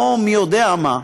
לא מי יודע מה,